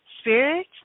spirit